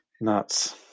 nuts